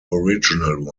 original